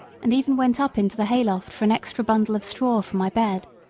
and even went up into the hayloft for an extra bundle of straw for my bed.